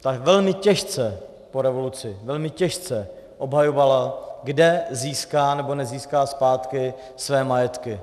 Ta velmi těžce po revoluci, velmi těžce, obhajovala, kde získá nebo nezíská zpátky své majetky.